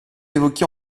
évoqué